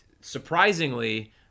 surprisingly